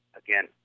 again